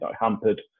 hampered